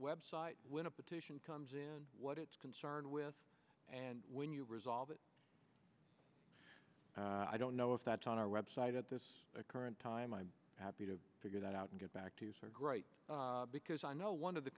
website when a petition comes in what it is concerned with and when you resolve it i don't know if that's on our website at this current time i'm happy to figure that out and get back to write because i know one of the